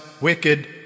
wicked